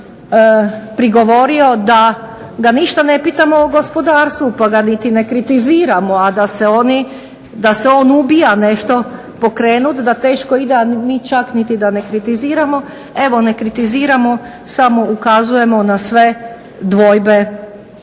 da ga ništa ne pitamo o gospodarstvu pa ga niti ne kritiziramo, a da se on ubija nešto pokrenut da teško ide, a mi čak niti da ne kritiziramo. Evo ne kritiziramo, samo ukazujemo na sve dvojbe